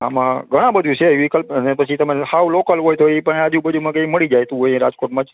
આમાં ઘણા બધી છે વિકલ્પ અને પછી તમને હાવ લોકલ હોય તો એ પણ આજુબાજુમાં કઈ મળી જાય તું અહીં રાજકોટમાં જ